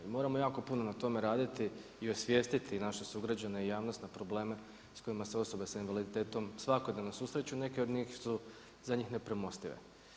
Moramo jako puno na tome raditi i osvijestiti naše sugrađane i javnost na probleme s kojima se osoba s invaliditetom svakodnevno susreću, neke od njih su za njih nepremostive.